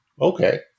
Okay